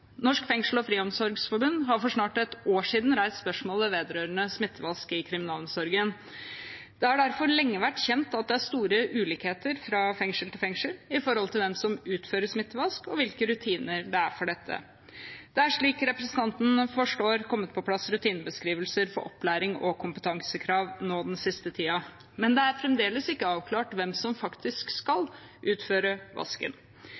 Norsk Fengsels- og Friomsorgsforbund reiste for snart ett år siden spørsmålet vedrørende smittevask i kriminalomsorgen. Det har derfor lenge vært kjent at det er store ulikheter fra fengsel til fengsel når det gjelder hvem som utfører smittevask, og hvilke rutiner det er for dette. Det er, slik representanten forstår, kommet på plass rutinebeskrivelser for opplæring og kompetansekrav nå den siste tiden, men det er fremdeles ikke avklart hvem som faktisk skal utføre vasken.